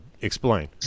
Explain